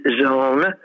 zone